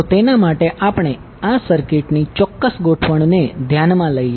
તો તેના માટે આપણે આ સર્કિટની ચોક્કસ ગોઠવણને ધ્યાનમાં લઈએ